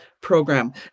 program